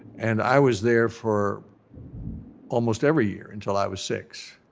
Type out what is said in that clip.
and i was there for almost every year until i was six.